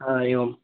हा एवं